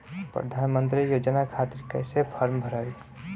प्रधानमंत्री योजना खातिर कैसे फार्म भराई?